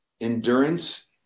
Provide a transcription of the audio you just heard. endurance